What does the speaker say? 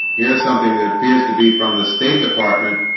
here's something that appears to be from the state department